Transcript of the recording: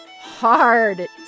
hard